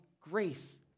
grace